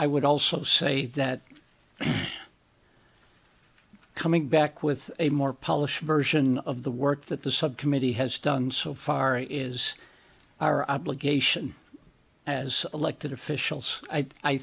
i would also say that coming back with a more polished version of the work that the subcommittee has done so far is our obligation as elected officials i